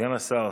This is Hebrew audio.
סגן השר